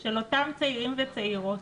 של אותם צעירים וצעירות,